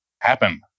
happen